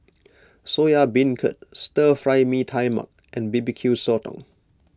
Soya Beancurd Stir Fry Mee Tai Mak and B B Q Sotong